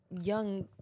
young